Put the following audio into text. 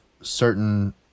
certain